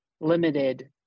limited